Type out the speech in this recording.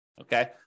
okay